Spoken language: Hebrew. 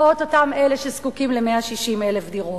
לא את אותם אלה שזקוקים ל-160,000 דירות.